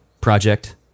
project